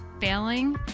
failing